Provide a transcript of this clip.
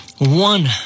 One